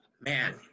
Man